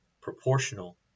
proportional